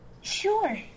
Sure